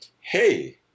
hey